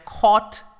caught